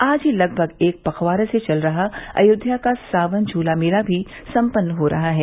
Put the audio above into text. आज ही लगभग एक पखवारे से चल रहा अयोध्या का सावन झूला मेला भी सम्पन्न हो रहा है